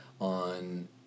on